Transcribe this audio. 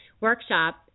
workshop